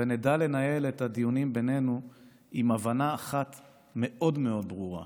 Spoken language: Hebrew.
ונדע לנהל את הדיונים בינינו עם הבנה אחת מאוד מאוד ברורה,